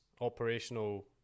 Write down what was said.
operational